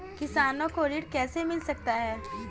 किसानों को ऋण कैसे मिल सकता है?